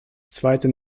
zweite